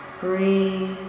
Breathe